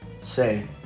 say